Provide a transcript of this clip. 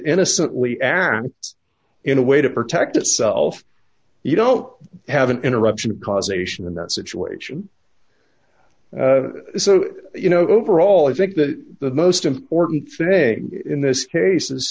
innocently act in a way to protect itself you don't have an interruption of causation in that situation so you know overall i think that the most important thing in this case is